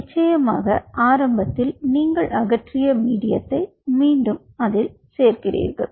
நிச்சயமாக ஆரம்பத்தில் நீங்கள் அகற்றிய மீடியதை மீண்டும் அதில் சேர்க்கிறீர்கள்